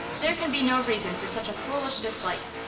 there can be no reason for such a foolish dislike.